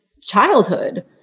childhood